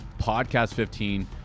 PODCAST15